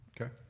Okay